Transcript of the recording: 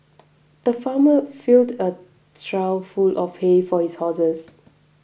the farmer filled a trough full of hay for his horses